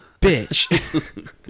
bitch